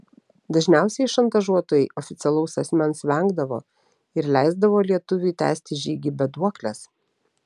dažniausiai šantažuotojai oficialaus asmens vengdavo ir leisdavo lietuviui tęsti žygį be duoklės